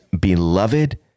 beloved